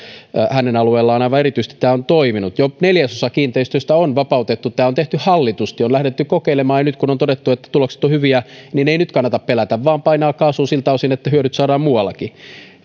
tämä on aivan erityisesti toiminut jo neljäsosa kiinteistöistä on vapautettu tämä on tehty hallitusti on lähdetty kokeilemaan ja nyt kun on todettu että tulokset ovat hyviä ei kannata pelätä vaan kannattaa painaa kaasua siltä osin että hyödyt saadaan muuallakin